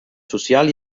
social